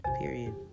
Period